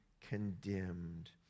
condemned